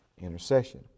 intercession